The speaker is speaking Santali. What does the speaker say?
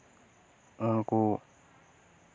ᱩᱱᱠᱩ